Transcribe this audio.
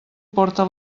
porta